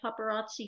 paparazzi